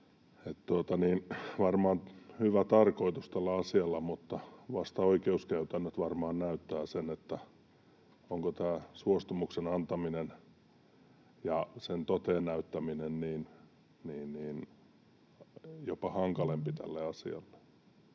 Varmaan hyvä tarkoitus tällä asialla, mutta vasta oikeuskäytännöt varmaan näyttävät sen, onko tämä suostumuksen antaminen ja sen toteen näyttäminen jopa hankalampi tälle asialle.